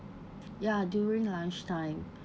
ya during lunch time